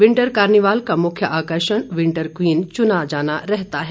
winter carnival का मुख्य आकर्षण विंटर क्वीन चुना जाना रहता है